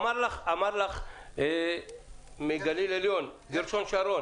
אמר לו גרשון שרון,